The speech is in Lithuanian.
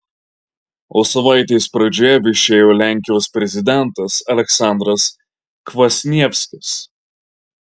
o savaitės pradžioje viešėjo lenkijos prezidentas aleksandras kvasnievskis